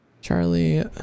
Charlie